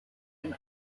and